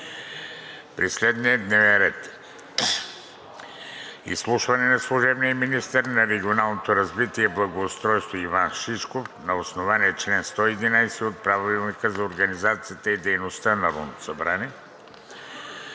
при следния дневен ред: „1. Изслушване на служебния министър на регионалното развитие и благоустройството Иван Шишков на основание чл. 111 от Правилника за организацията и дейността на Народното събрание